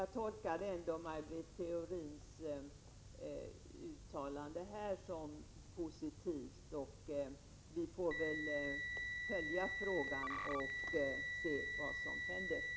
Jag tolkar ändå Maj Britt Theorins uttalande här som positivt. Vi får följa frågan och se vad som händer.